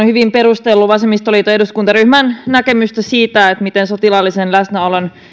hyvin perustellut vasemmistoliiton eduskuntaryhmän näkemystä siitä miten sotilaallisen läsnäolon